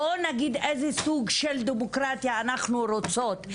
בואו נגיד איזה סוג של דמוקרטיה אנחנו רוצות,